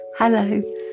Hello